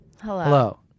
Hello